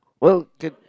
well can